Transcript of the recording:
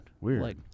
Weird